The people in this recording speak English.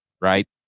right